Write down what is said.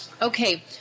Okay